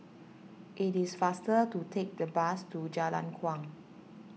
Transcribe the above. it is faster to take the bus to Jalan Kuang